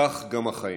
כך גם החיים.